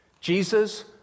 Jesus